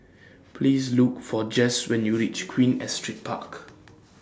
Please Look For Jess when YOU REACH Queen Astrid Park